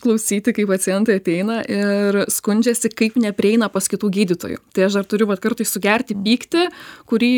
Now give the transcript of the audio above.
klausyti kai pacientai ateina ir skundžiasi kaip neprieina pas kitų gydytojų tai aš dar turiu vat kartais sugerti pyktį kurį